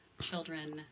children